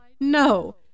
no